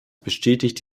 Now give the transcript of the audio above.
bestätigt